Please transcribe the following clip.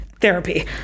therapy